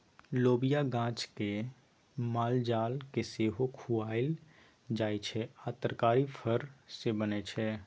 लोबियाक गाछ केँ मालजाल केँ सेहो खुआएल जाइ छै आ तरकारी फर सँ बनै छै